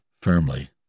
firmly